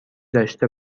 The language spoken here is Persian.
داشته